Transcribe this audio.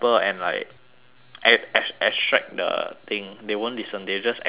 ex~ ex~ extract the thing they won't listen they will just extract it